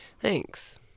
Thanks